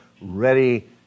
ready